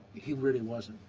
he really wasn't.